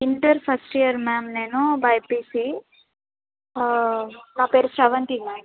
inter first year ma'am నేను BiPC నా పేరు స్రవంతి మ్యామ్